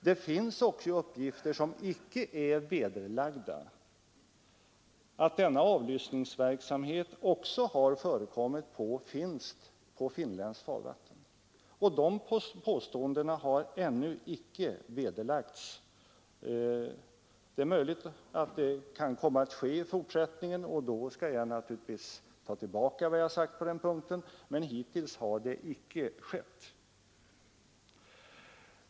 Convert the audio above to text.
Det finns också uppgifter om att avlyssningsverksamhet förekommit även på finländskt farvatten. Dessa påståenden har icke vederlagts. Det är möjligt att så kan komma att ske och i så fall skall jag naturligtvis ta tillbaka vad jag har sagt på den punkten, men hittills har det icke skett.